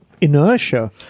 inertia